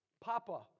Papa